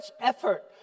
effort